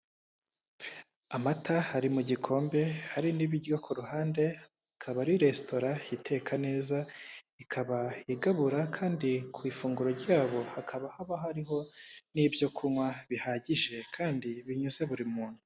Amata ari mu gikombe hari n'ibiryo kuruhande ikaba ari resitora iteka neza ikaba igabura kandi ku ifunguro ryabo, hakaba haba hariho n'ibyokunywa bihagije kandi binyuze buri muntu.